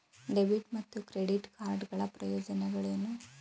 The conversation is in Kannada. ಡೆಬಿಟ್ ಮತ್ತು ಕ್ರೆಡಿಟ್ ಕಾರ್ಡ್ ಗಳ ಪ್ರಯೋಜನಗಳೇನು?